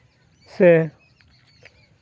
ᱥᱮ